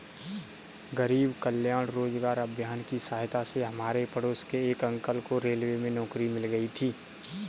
गरीब कल्याण रोजगार अभियान की सहायता से हमारे पड़ोस के एक अंकल को रेलवे में नौकरी मिल गई थी